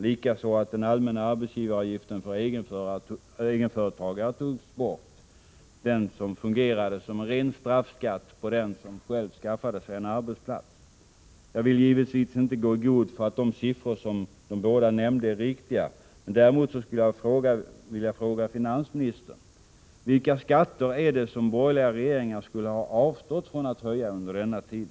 Likaså att den allmänna arbetsgivaravgiften för egenföretagare togs bort, den som fungerade såsom en ren straffskatt på den som själv skaffade sig en arbetsplats. Jag vill givetvis inte gå i god för att de siffror som de båda nämnde är riktiga. Däremot vill jag fråga finansministern: Vilka skatter skulle de borgerliga regeringarna ha avstått från att höja under denna tid?